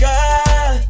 God